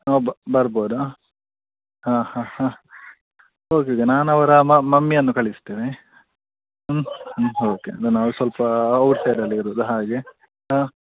ಒಬ್ಬ ಬರ್ಬೋದಾ ಹಾಂ ಹಾಂ ಹಾಂ ಹೌದು ಈಗ ನಾನು ಅವರ ಮಮ್ಮಿಯನ್ನು ಕಳಿಸ್ತೇನೆ ಹ್ಞೂ ಹ್ಞೂ ಓಕೆ ನಾನು ಅವಾಗ ಸ್ವಲ್ಪ ಔಟ್ಸೈಡಲ್ಲಿ ಇರೋದು ಹಾಗೆ ಹಾಂ